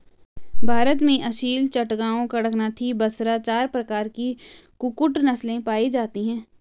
भारत में असील, चटगांव, कड़कनाथी, बसरा चार प्रकार की कुक्कुट नस्लें पाई जाती हैं